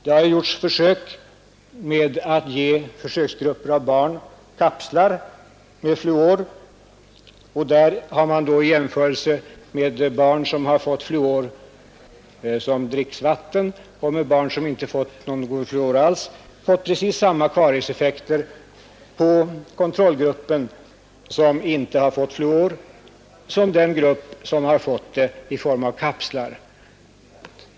Man har gjort försök med grupper av barn som har fått svälja kapslar med fluor. Den försöksgruppen har då jämförts med en grupp barn som fått fluor med dricksvattnet och med en annan grupp barn som inte har fått någon fluortillsats alls. Därvid har man fått precis samma karieseffekter i den kontrollgrupp som inte fått någon fluor och den grupp som har fått fluor i form av kapslar.